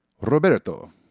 roberto